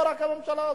לא רק הממשלה הזאת,